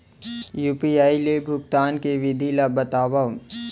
UPI ले भुगतान के विधि ला बतावव